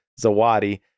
Zawadi